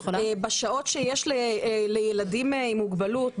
בשעות שיש לילדים עם מוגבלות,